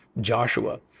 Joshua